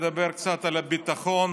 אדבר קצת על הביטחון,